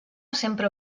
sempre